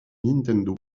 nintendo